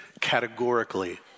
categorically